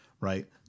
right